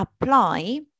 apply